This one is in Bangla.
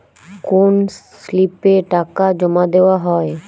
কোন স্লিপে টাকা জমাদেওয়া হয়?